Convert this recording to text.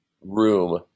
room